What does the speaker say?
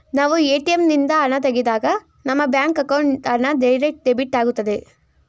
ನಾವು ಎ.ಟಿ.ಎಂ ನಿಂದ ಹಣ ತೆಗೆದಾಗ ನಮ್ಮ ಬ್ಯಾಂಕ್ ಅಕೌಂಟ್ ಹಣ ಡೈರೆಕ್ಟ್ ಡೆಬಿಟ್ ಆಗುತ್ತದೆ